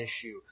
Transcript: issue